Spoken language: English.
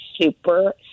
super